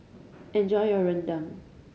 enjoy your rendang